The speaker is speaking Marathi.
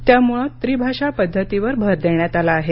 त्यामुळे त्रिभाषा पद्धतीवर भर देण्यात आला आहे